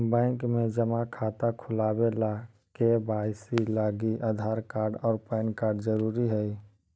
bank में जमा खाता खुलावे ला के.वाइ.सी लागी आधार कार्ड और पैन कार्ड ज़रूरी हई